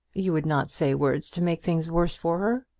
you would not say words to make things worse for her.